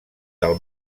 del